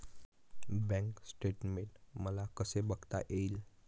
Bank statement मला कसे बघता येईल?